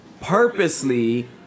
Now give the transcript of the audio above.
purposely